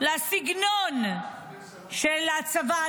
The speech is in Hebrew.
לסגנון של הצבא.